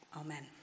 Amen